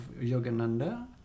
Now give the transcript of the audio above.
Yogananda